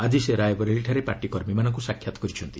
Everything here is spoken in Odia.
ଆଜି ସେ ରାୟବରେଲିଠାରେ ପାର୍ଟି କର୍ମୀମାନଙ୍କୁ ସାକ୍ଷାତ କରିଛନ୍ତି